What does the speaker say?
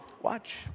Watch